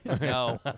no